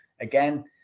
again